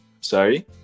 Sorry